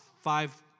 five